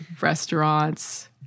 restaurants